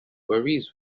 worries